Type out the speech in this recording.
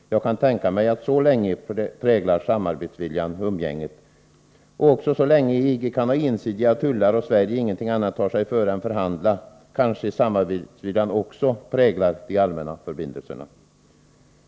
Jag kan tänka mig att så länge präglar samarbetsviljan umgänget. Och så länge EG kan ha ensidiga tullar och Sverige ingenting annat tar sig före än förhandlar kanske också samarbetsviljan präglar de allmänna förbindelserna.